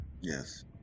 yes